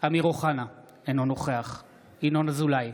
אמיר אוחנה, אינו נוכח ינון אזולאי,